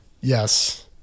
yes